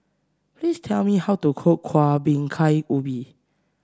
please tell me how to cook Kueh Bingka Ubi